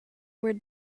where